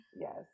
yes